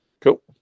Cool